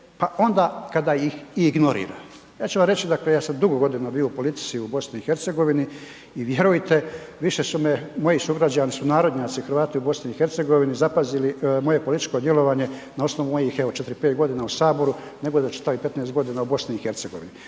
pa onda kada ih i ignorira. Ja ću vam reći ja sam dugo godina bio u politici u BiH i vjerujete više su me moji sugrađani sunarodnjaci Hrvati u BiH zapazili moje političko djelovanje na osnovu mojih evo 4, 5 godina u Saboru nego za čitavih 15 godina u BiH.